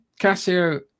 Casio